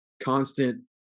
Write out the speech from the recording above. constant